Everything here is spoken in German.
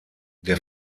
der